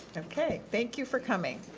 okay, thank you for coming.